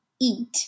eat